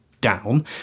down